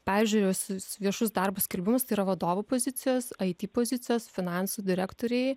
peržiūrėjus vis viešus darbo skelbimus yra vadovų pozicijos it pozicijos finansų direktoriai